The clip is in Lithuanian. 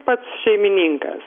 pats šeimininkas